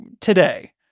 today